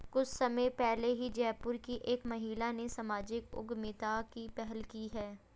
कुछ समय पहले ही जयपुर की एक महिला ने सामाजिक उद्यमिता की पहल की है